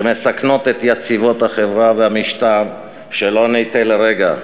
שמסכנות את יציבות החברה והמשטר, שלא נטעה לרגע,